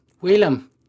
Willem